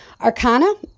Arcana